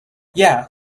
yeah